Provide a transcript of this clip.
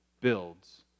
builds